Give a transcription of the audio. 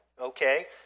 okay